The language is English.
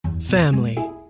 Family